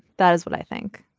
that is what i think